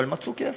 אבל מצאו כסף,